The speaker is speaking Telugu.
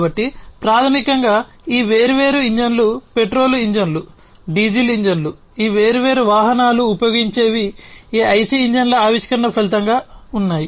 కాబట్టి ప్రాథమికంగా ఈ వేర్వేరు ఇంజన్లు పెట్రోల్ ఇంజన్లు డీజిల్ ఇంజన్లు ఈ వేర్వేరు వాహనాలు ఉపయోగించేవి ఈ ఐసి ఇంజిన్ల ఆవిష్కరణ ఫలితంగా ఉన్నాయి